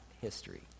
history